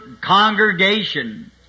congregation